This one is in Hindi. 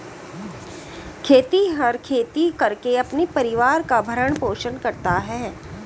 खेतिहर खेती करके अपने परिवार का भरण पोषण करता है